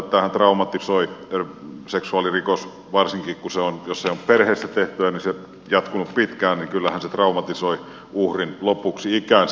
seksuaalirikoshan traumatisoi varsinkin jos se on perheessä tehtyä jatkunut pitkään niin kyllähän se traumatisoi uhrin lopuksi ikäänsä